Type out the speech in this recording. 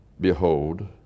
Behold